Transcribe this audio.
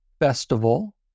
festival